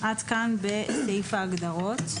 עד כאן בסעיף ההגדרות.